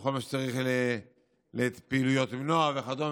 וכל מה שצריך לפעילויות עם נוער וכדומה